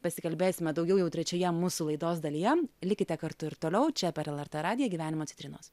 pasikalbėsime daugiau jau trečioje mūsų laidos dalyje likite kartu ir toliau čia per el er tė radiją gyvenimo citrinos